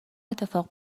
اتفاق